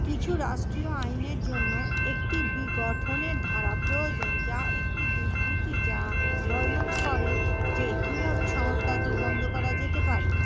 কিছু রাষ্ট্রীয় আইনের জন্য একটি গঠনের ধারা প্রয়োজন যা একটি বিবৃতি যা বর্ণনা করে যে কীভাবে সংস্থাটি বন্ধ করা যেতে পারে